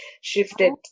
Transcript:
shifted